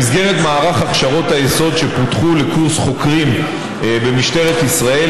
במסגרת מערך ההכשרות שפותחו לקורס חוקרים במשטרת ישראל